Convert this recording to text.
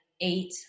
eight